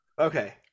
okay